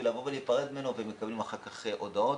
לבוא להיפרד ממנו ואחר כך הם מקבלים הודעות.